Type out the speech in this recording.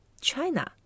China